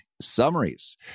Summaries